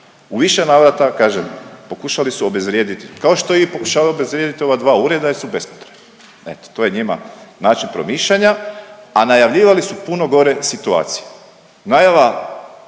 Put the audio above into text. U više navrata kažem pokušali su obezvrijediti kao što je i pokušava obezvrijediti ova dva ureda jer su bespotrebna eto to je njima način promišljanja, a najavljivali su puno gore situacije. Najava